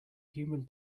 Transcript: human